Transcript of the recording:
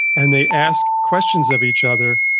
and they ask questions of each other,